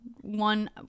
One